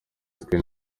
twe